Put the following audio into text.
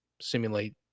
simulate